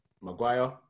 Maguire